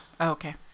Okay